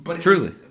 Truly